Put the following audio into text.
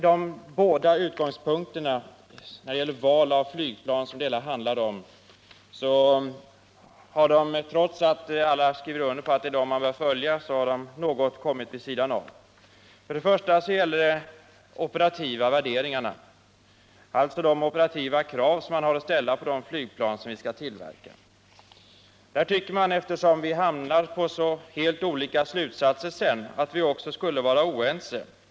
De båda utgångspunkterna när det gäller valet av flygplan, som det hela handlade om, har —trots att alla har skrivit under att det är dem man bör följa — något kommit vid sidan om. Den första utgångspunkten är de operativa värderingarna, dvs. de operativa krav som man har att ställa på de flygplan som vi skall tillverka. Eftersom vi där hamnar på så helt olika slutsatser, borde vi också vara oense.